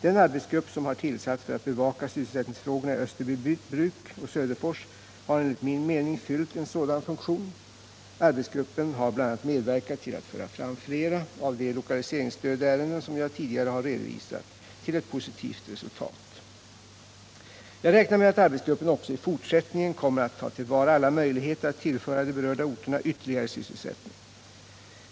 Den arbetsgrupp som har tillsatts för att bevaka sysselsättningsfrågorna i Österbybruk och Söderfors har enligt min mening fyllt en sådan funktion. Arbetsgruppen har bl.a. medverkat till att föra fram flera av de lokaliseringsstödsärenden som jag tidigare har redovisat till ett positivt resultat. Jag räknar med att arbetsgruppen också i fortsättningen kommer att ta till vara alla möjligheter att tillföra de berörda orterna ytterligare sysselsättning.